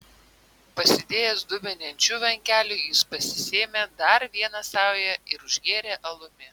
pasidėjęs dubenį ančiuvių ant kelių jis pasisėmė dar vieną saują ir užgėrė alumi